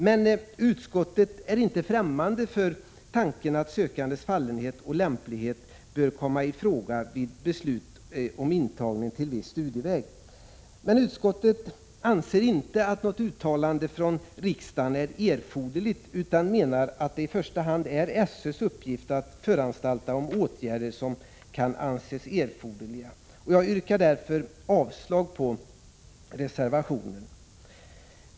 Men utskottet är inte främmande för tanken att sökandes fallenhet och lämplighet bör komma i fråga vid beslut om intagning till viss studieväg. Utskottet anser inte att något uttalande från riksdagen är erforderligt utan menar att det i första hand är SÖ:s uppgift att föranstalta om åtgärder som kan anses erforderliga. Jag yrkar därför avslag på reservationen.